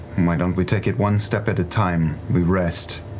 and why don't we take it one step at a time? we rest.